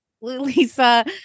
Lisa